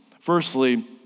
firstly